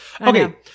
okay